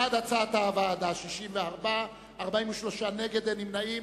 בעד הצעת הוועדה, 64, נגד, 43, אין נמנעים.